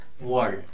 world